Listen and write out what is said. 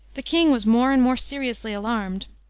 the king was more and more seriously alarmed.